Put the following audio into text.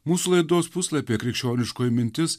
mūsų laidos puslapyje krikščioniškoji mintis